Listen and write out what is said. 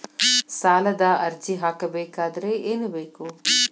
ಸಾಲದ ಅರ್ಜಿ ಹಾಕಬೇಕಾದರೆ ಏನು ಬೇಕು?